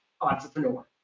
entrepreneur